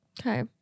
Okay